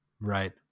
Right